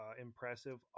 impressive